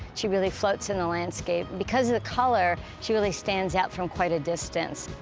she really floats in the landscape. because of the color, she really stands out from quite a distance.